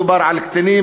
מדובר על קטינים,